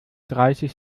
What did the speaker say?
dreißig